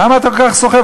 למה אתה כל כך סוחב?